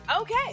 Okay